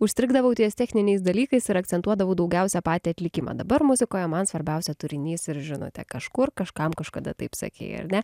užstrigdavau ties techniniais dalykais ir akcentuodavau daugiausia patį atlikimą dabar muzikoje man svarbiausia turinys ir žinote kažkur kažkam kažkada taip sakei ar ne